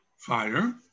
Fire